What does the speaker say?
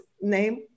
name